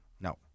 No